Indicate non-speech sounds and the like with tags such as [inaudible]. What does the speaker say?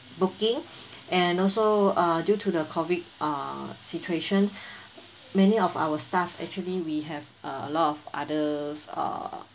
booking and also uh due to the COVID uh situation [breath] many of our staff actually we have err a lot of others err